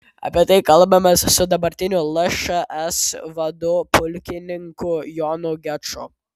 apie tai kalbamės su dabartiniu lšs vadu pulkininku jonu geču